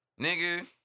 Nigga